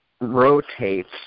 rotates